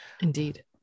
Indeed